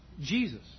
Jesus